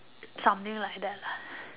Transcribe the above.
something like that lah